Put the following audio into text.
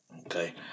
Okay